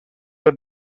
the